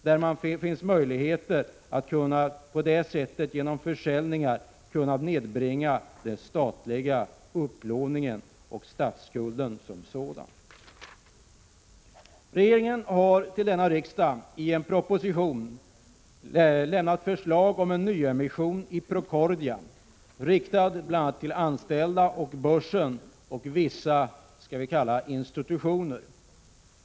Genom försäljningar skulle man kunna nedbringa den statliga upplåningen och statsskulden som sådan. Regeringen har till denna riksdag i en proposition lämnat förslag om nyemission i Procordia, riktad bl.a. till anställda och till börsen och vissa institutioner.